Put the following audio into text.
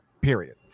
period